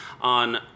on